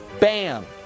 Bam